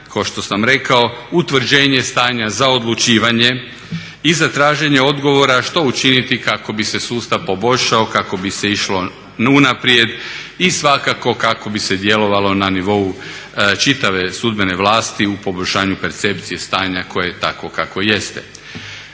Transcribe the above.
kao što sam rekao, utvrđenje stanja za odlučivanje i za traženje odgovora što učiniti kako bi se sustav poboljšao, kako bi se išlo unaprijed i svakako kako bi se djelovalo na nivou čitave sudbene vlasti u poboljšanju percepcije stanje koje je takvo kakvo jeste.